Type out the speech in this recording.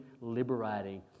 liberating